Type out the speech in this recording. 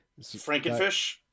frankenfish